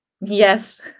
Yes